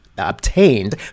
obtained